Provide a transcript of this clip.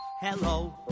Hello